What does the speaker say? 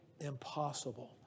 impossible